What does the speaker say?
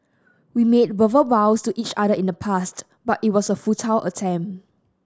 we made verbal vows to each other in the past but it was a futile attempt